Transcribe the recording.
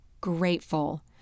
grateful